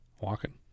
walking